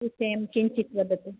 विषयं किञ्चित् वदतु